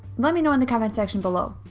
let me know in the comments section below.